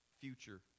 future